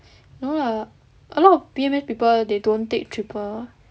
no lah a lot of B_M_S people they don't take triple